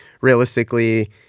realistically